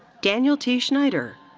daniel t. schneider.